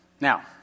Now